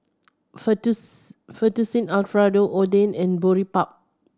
Fettuccine Alfredo Oden and Boribap